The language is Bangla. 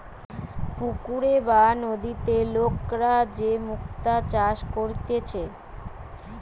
পুকুরে বা নদীতে লোকরা যে মুক্তা চাষ করতিছে